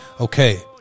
Okay